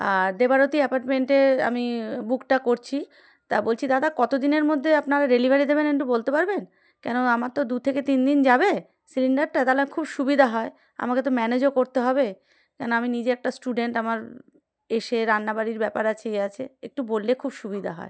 আর দেবারারতী অ্যাপার্টমেন্টে আমি বুকটা করছি তা বলছি দাদা কত দিনের মধ্যে আপনারা ডেলিভারি দেবেন একটু বলতে পারবেন কেন আমার তো দু থেকে তিন দিন যাবে সিলিন্ডারটা তাহলে খুব সুবিধা হয় আমাকে তো ম্যানেজও করতে হবে কেন আমি নিজে একটা স্টুডেন্ট আমার এসে রান্না বাাড়ির ব্যাপার আ ছেয়ে আছে একটু বললে খুব সুবিধা হয়